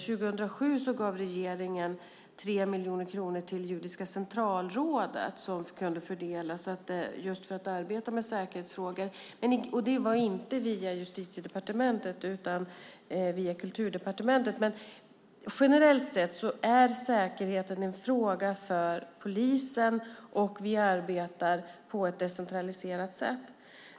År 2007 gav regeringen 3 miljoner kronor till Judiska centralrådet att fördela för just arbetet med säkerhetsfrågor. Det var inte via Justitiedepartementet utan via Kulturdepartementet. Men generellt är säkerheten en fråga för polisen, och vi arbetar på ett decentraliserat sätt.